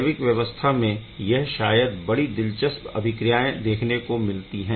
जैविक व्यवस्था में यह शायद बड़ी दिलचस्प अभिक्रियाएं देखने में मिलती है